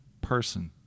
person